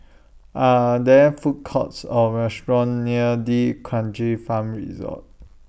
Are There Food Courts Or restaurants near D'Kranji Farm Resort